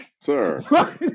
Sir